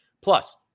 Plus